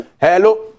hello